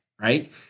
right